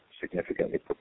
significantly